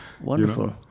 Wonderful